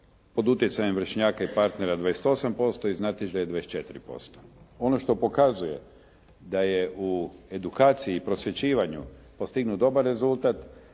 pod utjecajem vršnjaka i partnera 28% i znatiželja 24%. Ono što pokazuje da je u edukaciji i prosvjećivanju postignut dobar rezultat,